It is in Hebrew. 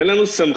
אין לנו סמכות,